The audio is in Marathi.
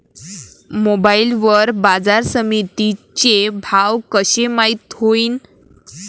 मोबाईल वर बाजारसमिती चे भाव कशे माईत होईन?